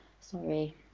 sorry